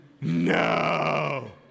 No